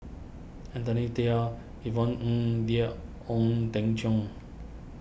Anthony Tayer Yvonne Ng there Ong Teng Cheong